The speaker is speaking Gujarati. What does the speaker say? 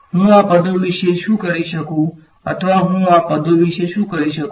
હું આ પદો વિશે શું કરી શકું અથવા હું આ પદો વિશે શું કહી શકું